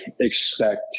expect